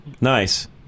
Nice